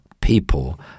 people